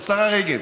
השרה רגב?